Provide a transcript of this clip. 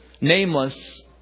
nameless